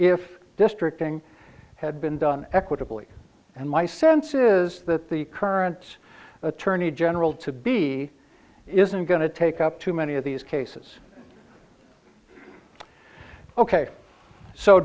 if district ng had been done equitably and my sense is that the current attorney general to be isn't going to take up too many of these cases ok so